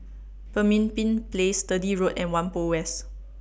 Pemimpin Place Sturdee Road and Whampoa West